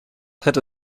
hätte